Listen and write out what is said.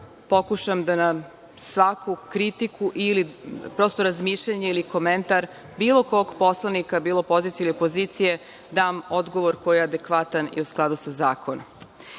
pokušam da na svaku kritiku ili razmišljanje ili komentar, bilo kog poslanika, bilo pozicije ili opozicije, dam odgovor koji je adekvatan i u skladu sa zakonom